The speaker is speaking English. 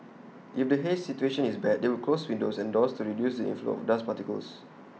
if the haze situation is bad they will close windows and doors to reduce inflow of dust particles